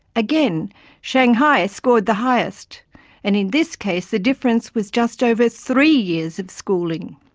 again shanghai scored the highest and in this case the difference was just over three years of schooling.